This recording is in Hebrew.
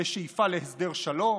לשאיפה להסדר שלום,